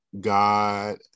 God